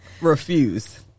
refuse